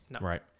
right